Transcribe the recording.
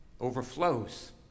overflows